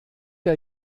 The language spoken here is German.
der